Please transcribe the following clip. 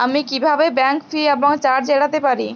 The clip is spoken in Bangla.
আমি কিভাবে ব্যাঙ্ক ফি এবং চার্জ এড়াতে পারি?